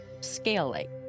scale-like